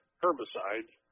herbicides